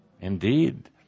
indeed